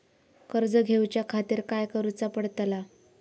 कर्ज घेऊच्या खातीर काय करुचा पडतला?